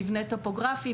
מבנה טופוגרפי,